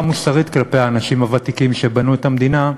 מוסרית כלפי האנשים הוותיקים שבנו את המדינה,